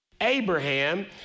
Abraham